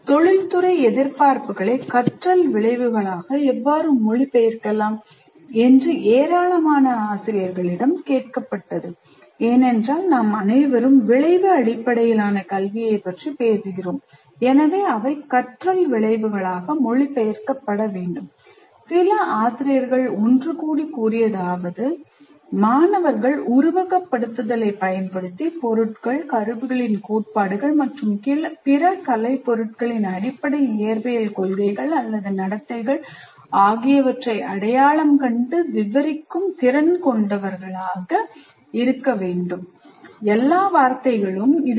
தொழிற்துறை எதிர்பார்ப்புகளை கற்றல் விளைவுகளாக எவ்வாறு மொழிபெயர்க்கலாம் என்று ஏராளமான ஆசிரியர்களிடம் கேட்கப்பட்டது ஏனென்றால் நாம் அனைவரும் விளைவு அடிப்படையிலான கல்வியைப் பற்றி பேசுகிறோம் எனவே அவை கற்றல் விளைவுகளாக மொழிபெயர்க்கப்பட வேண்டும் சில ஆசிரியர்கள் ஒன்றுகூடி கூறியதாவது "மாணவர்கள் உருவகப்படுத்துதல்களைப் பயன்படுத்தி பொருட்கள் கருவிகளின் கோட்பாடுகள் மற்றும் பிற கலைப்பொருட்களின் அடிப்படை இயற்பியல் கொள்கைகள் அல்லது நடத்தைகள் ஆகியவற்றை அடையாளம் கண்டு விவரிக்கும் திறன் கொண்டவர்களாக இருக்க வேண்டும்"